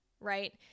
right